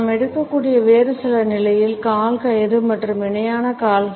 நாம் எடுக்கக்கூடிய வேறு சில நிலைகள் கால் கயிறு மற்றும் இணையான கால்கள்